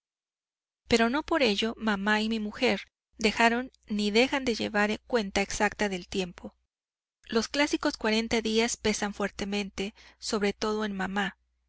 pero no por ello mamá y mi mujer dejaron ni dejan de llevar cuenta exacta del tiempo los clásicos cuarenta días pesan fuertemente sobre todo en mamá